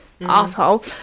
asshole